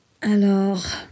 Alors